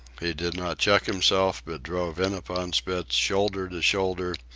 he did not check himself, but drove in upon spitz, shoulder to shoulder,